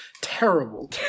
terrible